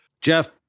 Jeff